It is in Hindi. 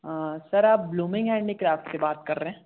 सर आप ब्लूमिंग हैंडीक्राफ़्ट से बात कर रहे हैं